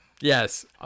yes